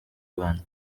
rwanda